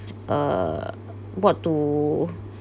uh what to